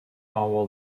our